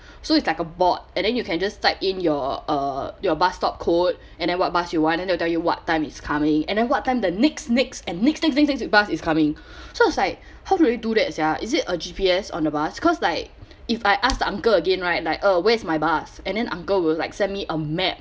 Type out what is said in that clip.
so it's like a bot and then you can just type in your uh your bus stop code and then what bust you want and they'll tell you what time it's coming and then what time the next next and next next next bus is coming so I was like how do they do that sia is it a G_P_S on the bus cause like if I ask the uncle again right like uh where is my bus and then uncle will like send me a map